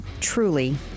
truly